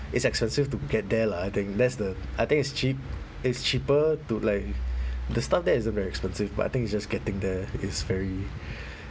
it's expensive to get there lah I think that's the I think it's cheap it's cheaper to like the stuff there isn't very expensive but I think it's just getting there is very